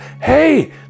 hey